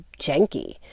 janky